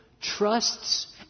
trusts